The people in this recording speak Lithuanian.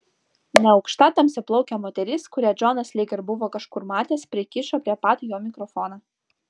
neaukšta tamsiaplaukė moteris kurią džonas lyg ir buvo kažkur matęs prikišo prie pat jo mikrofoną